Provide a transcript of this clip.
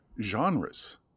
genres